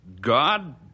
God